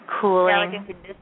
cooling